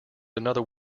another